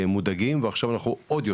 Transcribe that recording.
מודאגים ועכשיו אנחנו עוד יותר,